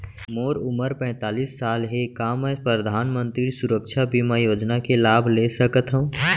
मोर उमर पैंतालीस साल हे का मैं परधानमंतरी सुरक्षा बीमा योजना के लाभ ले सकथव?